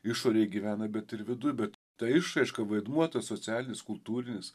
išorėj gyvena bet ir viduj bet ta išraiška vaidmuo tas socialinis kultūrinis